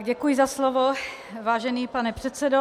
Děkuji za slovo, vážený pane předsedo.